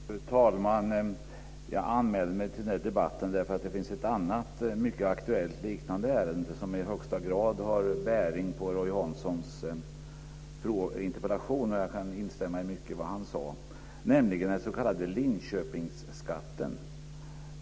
Fru talman! Jag anmälde mig till debatten eftersom det finns ett annat mycket aktuellt liknande ärende som i högsta grad har bäring på Roy Hanssons interpellation. Jag kan instämma mycket i vad han sade. Det gäller den s.k. Linköpingsskatten.